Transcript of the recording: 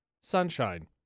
sunshine